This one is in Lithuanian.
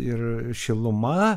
ir šiluma